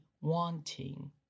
wanting